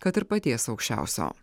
kad ir paties aukščiausio